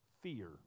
fear